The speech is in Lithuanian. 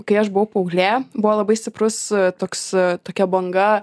kai aš buvau paauglė buvo labai stiprus toks tokia banga